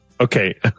Okay